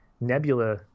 Nebula